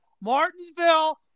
Martinsville